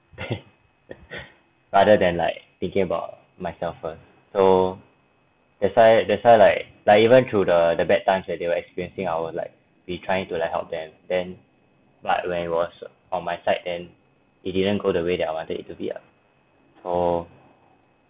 rather than like thinking about myself first so that's why that's why like like even through the the bad times that they were experiencing I was like be trying to like help them then but when it was on my side then it didn't go the way that I wanted it to be ah so